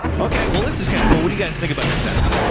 okay, well, this is kind of cool. what do you guys think about this zenith.